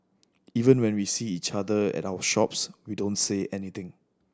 even when we see each other at our shops we don't say anything